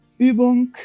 Übung